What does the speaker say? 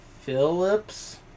Phillips